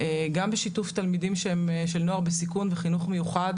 גם בשיתוף תלמידים של נוער בסיכון וחינוך מיוחד,